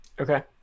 Okay